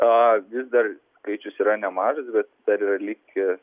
a vis dar skaičius yra nemažas bet dar yra likę